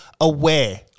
aware